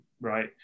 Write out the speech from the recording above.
right